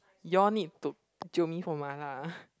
you all need to jio me for mala